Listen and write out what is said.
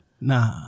Nah